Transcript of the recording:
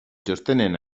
txostenen